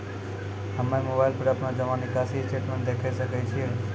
हम्मय मोबाइल पर अपनो जमा निकासी स्टेटमेंट देखय सकय छियै?